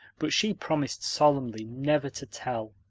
but she promised solemnly never to tell,